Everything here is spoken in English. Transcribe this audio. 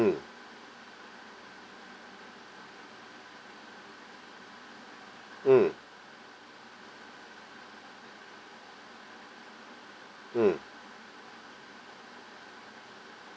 mm mm mm